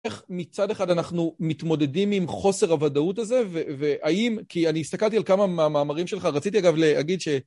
איך מצד אחד אנחנו מתמודדים עם חוסר הוודאות הזה, והאם, כי אני הסתכלתי על כמה מהמאמרים שלך, רציתי אגב להגיד ש...